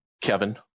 Kevin